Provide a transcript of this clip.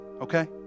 okay